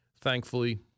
Thankfully